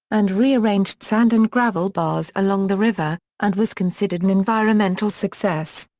and rearranged sand and gravel bars along the river, and was considered an environmental success.